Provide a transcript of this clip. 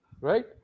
right